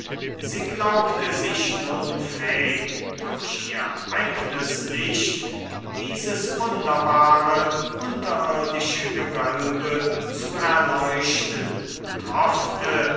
sie glaubte sich nun fähig durch ihr eignes licht dieses wunderbare unterirdische gewölbe zu erleuchten und hoffte